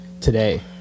today